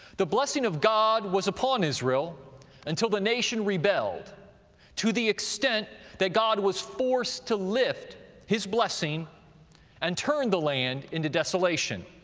the blessing of god was upon israel until the nation rebelled to the extent that god was forced to lift his blessing and turn the land into desolation.